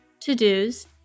to-dos